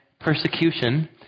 persecution